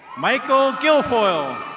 michael gilfoil.